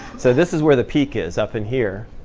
so this is where the peak is up in here,